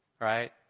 right